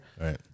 Right